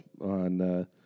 on